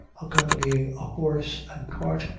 accompanying a horse and cart,